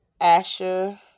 Asher